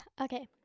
Okay